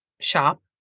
shop